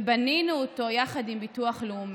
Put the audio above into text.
ובנינו אותו יחד עם ביטוח לאומי.